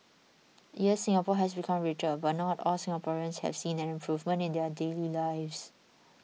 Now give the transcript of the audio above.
yes Singapore has become richer but not all Singaporeans have seen an improvement in their daily lives